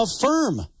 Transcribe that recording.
affirm